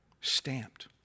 Stamped